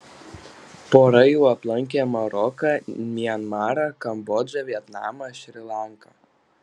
pora jau aplankė maroką mianmarą kambodžą vietnamą šri lanką